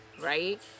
right